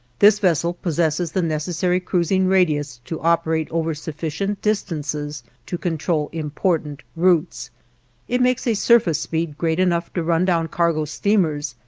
this vessel possesses the necessary cruising radius to operate over sufficient distances to control important routes it makes a surface speed great enough to run down cargo steamers,